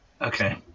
Okay